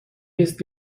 ایست